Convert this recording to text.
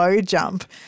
jump